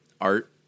art